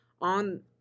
on